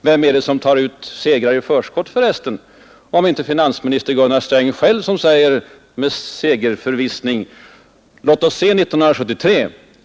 Vem är det som tar ut segrar i förskott, för resten, om inte finansminister Gunnar Sträng själv? Han säger sig ju med segerförvissning se fram emot 1973!